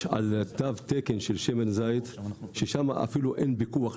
על תו התקן של שמן הזית ששם אפילו אין פיקוח.